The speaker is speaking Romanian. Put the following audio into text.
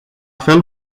fel